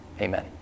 Amen